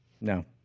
No